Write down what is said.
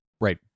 right